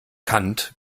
kant